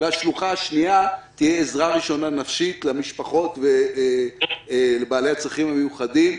והשלוחה השנייה תהיה עזרה ראשונה נפשית למשפחות ולבעלי הצרכים המיוחדים.